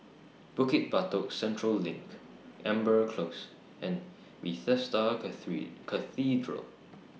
Bukit Batok Central LINK Amber Close and Bethesda Cathedral